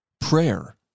prayer